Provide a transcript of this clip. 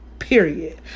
Period